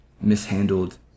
mishandled